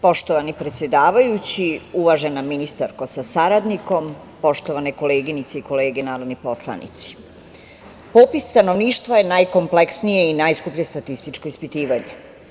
Poštovani predsedavajući, uvažena ministarko sa saradnikom, poštovane koleginice i kolege narodni poslanici, popis stanovništva je najkompleksnije i najskuplje političko ispitivanje.